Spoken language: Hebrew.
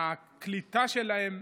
הקליטה שלהם,